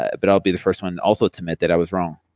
ah but i'll be the first one also to admit that i was wrong.